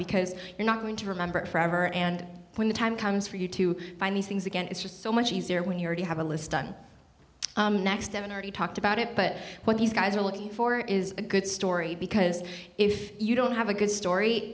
because you're not going to remember it forever and when the time comes for you to find these things again it's just so much easier when you're to have a list done next haven't already talked about it but what these guys are looking for is a good story because if you don't have a good